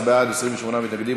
16 בעד, 28 מתנגדים.